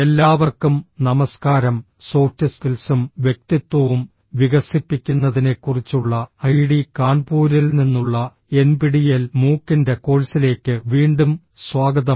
എല്ലാവർക്കും നമസ്കാരം സോഫ്റ്റ് സ്കിൽസും വ്യക്തിത്വവും വികസിപ്പിക്കുന്നതിനെക്കുറിച്ചുള്ള ഐഐടി കാൺപൂരിൽ നിന്നുള്ള എൻപിടിഇഎൽ മൂക്കിന്റെ കോഴ്സിലേക്ക് വീണ്ടും സ്വാഗതം